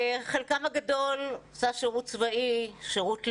חלקם הגדול עשה שירות צבאי או שירות לאומי,